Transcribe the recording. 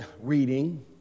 reading